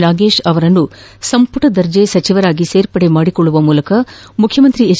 ನಾಗೇಶ್ ಅವರನ್ನು ಸಂಪುಟ ದರ್ಜೆ ಸಚಿವರಾಗಿ ಸೇರ್ಪಡೆ ಮಾಡಿಕೊಳ್ಳುವ ಮೂಲಕ ಮುಖ್ಯಮಂತ್ರಿ ಎಚ್